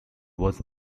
was